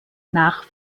nach